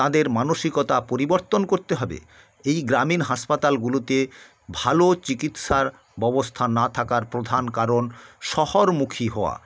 তাঁদের মানসিকতা পরিবর্তন করতে হবে এই গ্রামীণ হাসপাতালগুলোতে ভালো চিকিৎসার ব্যবস্থা না থাকার প্রধান কারণ শহরমুখী হওয়া